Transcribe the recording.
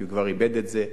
כי הוא כבר איבד את זה.